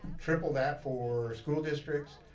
triple that for school districts.